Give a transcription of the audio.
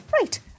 Right